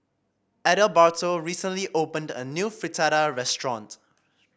Adalberto recently opened a new Fritada restaurant